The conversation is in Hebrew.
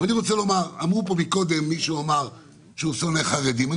אני רוצה לומר, מקודם מישהו אמר שהוא שונא חרדים.